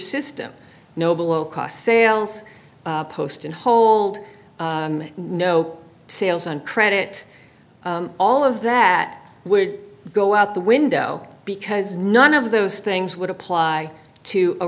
system no below cost sales post and hold no sales on credit all of that would go out the window because none of those things would apply to a